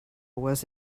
was